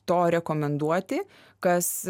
to rekomenduoti kas